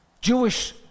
Jewish